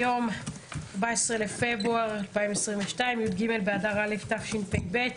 היום 14 בפברואר 2022, י"ג באדר א' תשפ"ב.